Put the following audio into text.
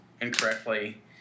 incorrectly